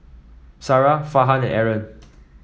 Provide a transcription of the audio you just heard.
Sarah Farhan and Aaron